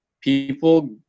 people